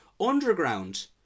underground